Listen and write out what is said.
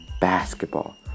basketball